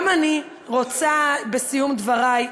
גם אני רוצה, בסיום דברי,